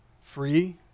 free